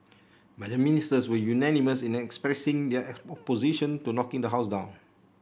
but the Ministers were unanimous in expressing their opposition to knocking the house down